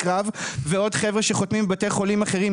ועוד חבר'ה שחותמים בבתי חולים אחרים.